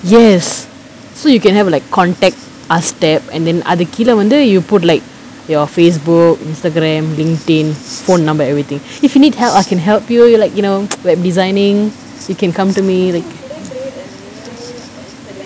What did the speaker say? yes so you can have like contact us step and then அதுக்கீழ வந்து:athukkeela vanthu you put like your Facebook Instagram LinkedIn phone number everything if you need help I can help you you like you know web designing you can come to me like